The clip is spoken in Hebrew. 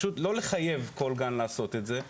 לא לחייב כל גן לעשות את זה,